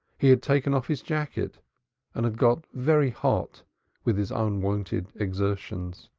he had taken off his jacket and had got very hot with his unwonted exertions.